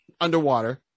underwater